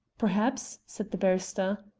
perhaps, said the barrister.